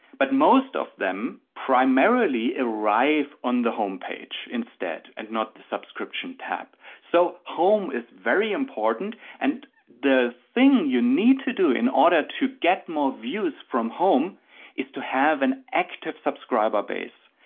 but most of them primarily arrive on the home page instead and not the subscription tab. so home is very important. and the thing you need to do in order to get more views from home is to have an active subscriber base.